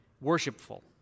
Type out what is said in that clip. worshipful